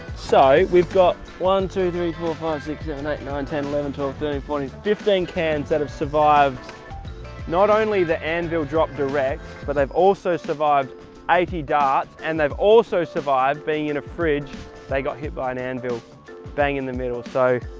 so we've got one two three four five six seven eight nine ten eleven twelve thirteen fourteen fifteen cans that have survived not only the anvil dropped erect, but they've also survived eighty darts, and they've also survived being in a fridge they got hit by an anvil bang in the middle, so